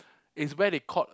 is where they caught